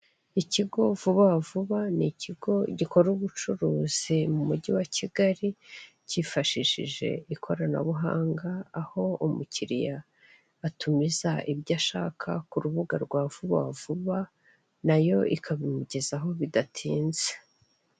Ikigo vuba vuba ni ikigo gikora ubucuruzi mu mugi wa kigali kifashishije ikoranabuhanga, aho umukiriya arumiza inyo ashaka ku rubuga rwa vuba vuba nayo ikabimugezaho bidatinze.